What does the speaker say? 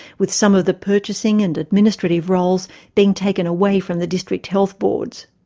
with some of the purchasing and administrative roles being taken away from the district health boards.